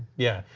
yeah.